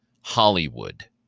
Hollywood